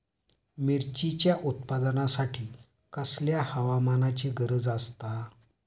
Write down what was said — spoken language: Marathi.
मिरचीच्या उत्पादनासाठी कसल्या हवामानाची गरज आसता?